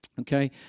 okay